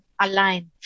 aligned